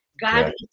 God